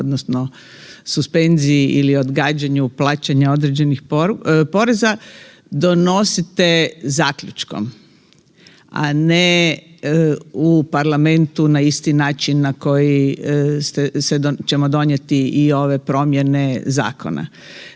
odnosno suspenziji ili odgađanju plaćanja određenih poreze donosite zaključkom, a ne u parlamentu na isti način na koji ćemo donijeti i ove promjene zakona.